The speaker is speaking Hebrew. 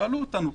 שאלו אותנו.